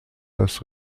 das